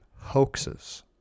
hoaxes